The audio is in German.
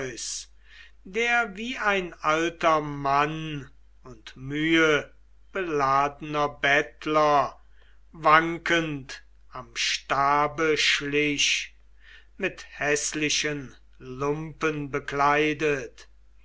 der wie ein alter mann und mühebeladener bettler wankend am stabe schlich mit häßlichen lumpen bekleidet